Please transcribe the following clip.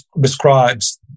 describes